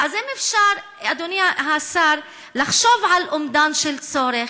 אז אם אפשר, אדוני השר, לחשוב על אומדן של צורך,